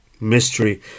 mystery